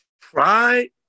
Try